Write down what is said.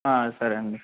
సరే అండి